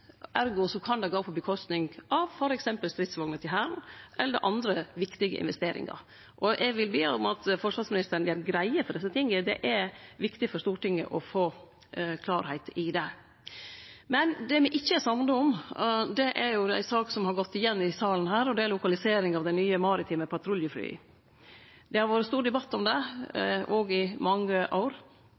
Ergo kan det gå ut over f.eks. stridsvogner til Hæren eller andre viktige investeringar. Eg vil be om at forsvarsministeren gjer greie for desse tinga. Det er viktig for Stortinget å få klarleik i det. Det me ikkje er samde om, er ei sak som har gått igjen i salen her: lokalisering av dei nye maritime patruljeflya. Det har vore ein stor debatt om det i mange år.